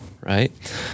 right